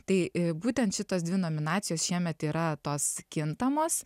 tai e būtent šitos dvi nominacijos šiemet yra tos kintamos